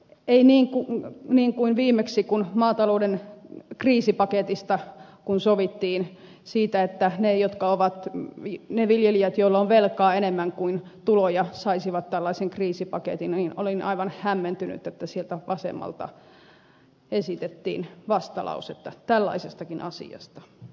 ei niin kuin viimeksi kun maatalouden kriisipaketista sovittiin siitä että ne viljelijät joilla on velkaa enemmän kuin tuloja saisivat tällaisen kriisipaketin niin olin aivan hämmentynyt että sieltä vasemmalta esitettiin vastalausetta tällaisestakin asiasta